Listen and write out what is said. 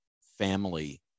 family